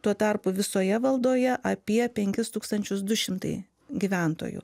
tuo tarpu visoje valdoje apie tenkis tūkstančius du šimtai gyventojų